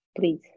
please